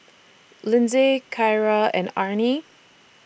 Lyndsay Kyra and Arne